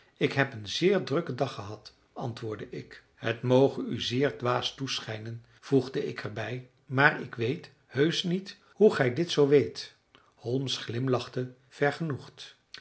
ik heb een zeer drukken dag gehad antwoordde ik het moge u zeer dwaas toeschijnen voegde ik er bij maar ik weet heusch niet hoe gij dit zoo weet holmes glimlachte